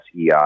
EI